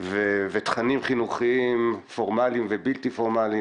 ותכנים חינוכיים פורמליים ובלתי-פורמליים